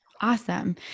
Awesome